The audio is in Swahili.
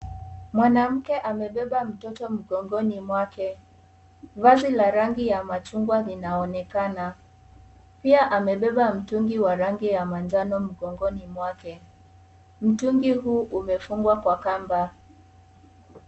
Mwanamke amembeba mtoto mgongoni mwake, vazi la rangi ya machungwa linaonekana pia amebeba mtungi wa rangi ya manjano mgongoni mwake mtungi huu umefungwa kwa kwamba.